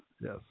Yes